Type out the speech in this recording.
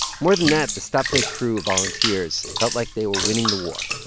more than that, the stopfake crew of volunteers felt like they were winning the war,